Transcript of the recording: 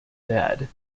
dead